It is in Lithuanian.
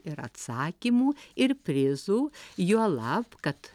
ir atsakymų ir prizų juolab kad